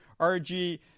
RG